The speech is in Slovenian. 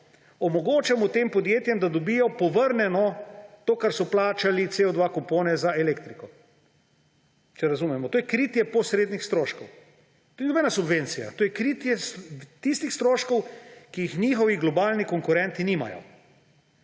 omogočamo tem podjetjem, da dobijo povrnjeno to, kar so plačali za CO2 kupone za elektriko, če razumemo. To je kritje posrednih stroškov. To ni nobena subvencija. To je kritje tistih stroškov, ki jih njihovi globalni konkurenti nimajo.